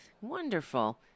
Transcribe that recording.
Wonderful